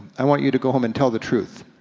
i want you to go home and tell the truth.